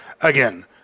again